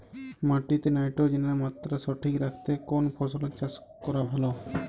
মাটিতে নাইট্রোজেনের মাত্রা সঠিক রাখতে কোন ফসলের চাষ করা ভালো?